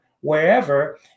wherever